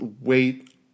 wait